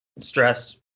stressed